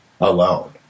alone